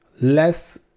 less